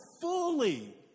fully